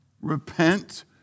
Repent